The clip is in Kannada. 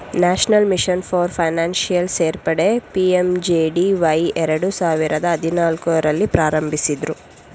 ನ್ಯಾಷನಲ್ ಮಿಷನ್ ಫಾರ್ ಫೈನಾನ್ಷಿಯಲ್ ಸೇರ್ಪಡೆ ಪಿ.ಎಂ.ಜೆ.ಡಿ.ವೈ ಎರಡು ಸಾವಿರದ ಹದಿನಾಲ್ಕು ರಲ್ಲಿ ಪ್ರಾರಂಭಿಸಿದ್ದ್ರು